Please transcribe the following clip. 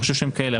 אני חושב שהם כאלה,